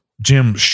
Jim